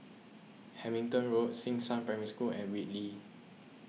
Hamilton Road Xishan Primary School and Whitley